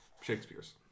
Shakespeare's